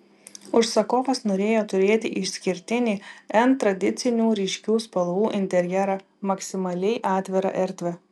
užsakovas norėjo turėti išskirtinį n tradicinių ryškių spalvų interjerą maksimaliai atvirą erdvę